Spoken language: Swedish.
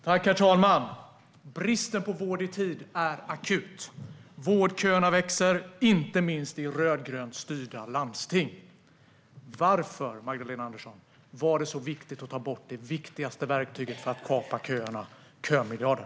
Herr talman! Bristen på vård i tid är akut. Vårdköerna växer, inte minst i rödgrönt styrda landsting. Varför, Magdalena Andersson, var det så viktigt att ta bort det viktigaste verktyget för att kapa köerna, nämligen kömiljarden?